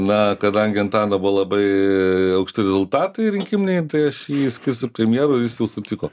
na kadangi antano buvo labai aukšti rezultatai rinkiminiai tai aš jį skirsiu premjeru ir jis jau sutiko